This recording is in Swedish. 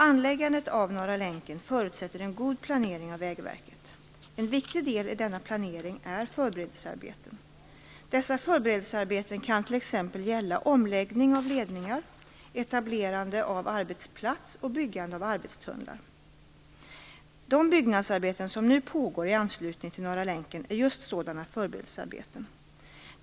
Anläggandet av Norra länken förutsätter en god planering av Vägverket. En viktig del i denna planering är förberedelsearbeten. Dessa förberedelsearbeten kan t.ex. gälla omläggning av ledningar, etablerande av arbetsplats och byggande av arbetstunnlar. De byggnadsarbeten som nu pågår i anslutning till Norra länken är just sådana förberedelsearbeten.